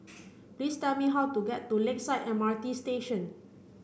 please tell me how to get to Lakeside M R T Station